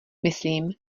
myslím